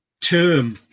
term